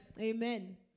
Amen